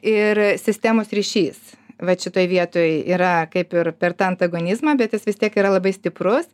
ir sistemos ryšys vat šitoj vietoj yra kaip ir per tą antagonizmą bet jis vis tiek yra labai stiprus